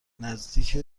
نزدیک